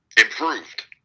Improved